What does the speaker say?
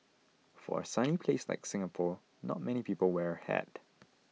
for a sunny place like Singapore not many people wear a hat